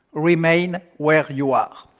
remain where you are.